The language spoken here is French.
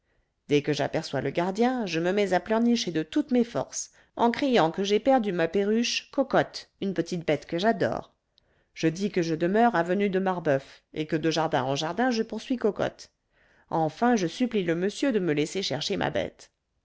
dès que j'aperçois le gardien je me mets à pleurnicher de toutes mes forces en criant que j'ai perdu ma perruche cocotte une petite bête que j'adore je dis que je demeure avenue de marboeuf et que de jardin en jardin je poursuis cocotte enfin je supplie le monsieur de me laisser chercher ma bête